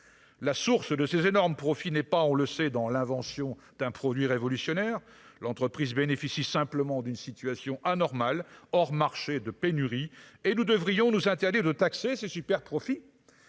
la source de ces énormes profits n'est pas, on le sait dans l'invention d'un produit révolutionnaire, l'entreprise bénéficie simplement d'une situation anormale hors marché de pénurie et nous devrions nous interdit de taxer ses superprofits